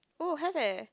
oh have eh